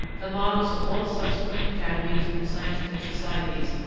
the models of all subsequent academies and scientific societies,